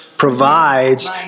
provides